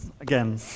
again